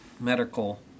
medical